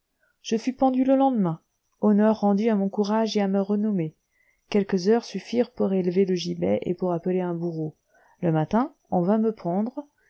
je fus pendu le lendemain honneur rendu à mon courage et à ma renommée quelques heures suffirent pour élever le gibet et pour appeler un bourreau le matin on vint me prendre